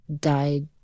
died